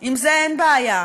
עם זה אין בעיה,